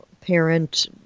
parent